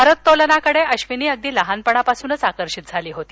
भारोत्तोलनाकडे अधिनी अगदी लहानपणापासूनच आकर्षित झाली होती